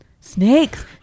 Snakes